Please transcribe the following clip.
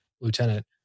Lieutenant